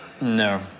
No